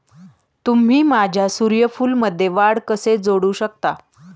तुम्ही माझ्या सूर्यफूलमध्ये वाढ कसे जोडू शकता?